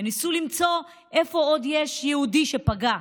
וניסו למצוא איפה יש עוד יהודי שפגע.